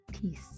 Peace